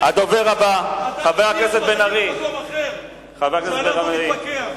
תהיה במקום אחר כשאנחנו נתפכח.